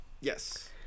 Yes